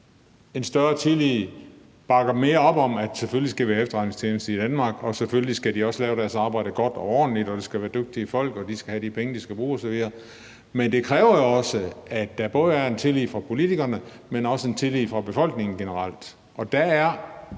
en større tillid bakker mere op om, at vi selvfølgelig skal have efterretningstjenester i Danmark, og at de selvfølgelig også skal lave deres arbejde godt og ordentligt, og at det skal være dygtige folk og at de skal have de penge, de skal bruge, osv. Men det kræver jo også, at der både er en tillid fra politikerne, men også en tillid fra befolkningen generelt,